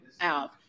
out